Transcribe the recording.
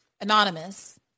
anonymous